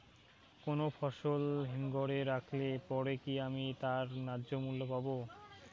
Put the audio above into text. কোনো ফসল হিমঘর এ রাখলে পরে কি আমি তার ন্যায্য মূল্য পাব?